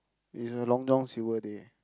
is a Long-John-Silvers day